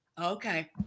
Okay